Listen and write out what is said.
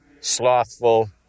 slothful